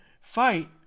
fight